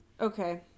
Okay